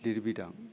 लिरबिदां